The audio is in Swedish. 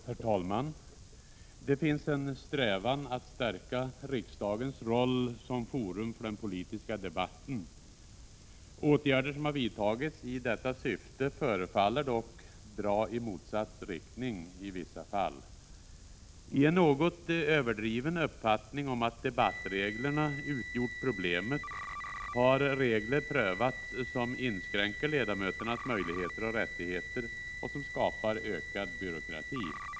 Herr talman! Det finns en strävan att stärka riksdagens roll som forum för den politiska debatten. Åtgärder som vidtagits i detta syfte förefaller dock dra i motsatt riktning i vissa fall. I en något överdriven uppfattning om att debattreglerna utgjort problemet har regler prövats som inskränker ledamöternas möjligheter och rättigheter och som skapar ökad byråkrati.